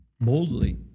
boldly